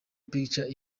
pictures